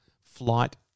flight